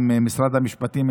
עם משרד המשפטים,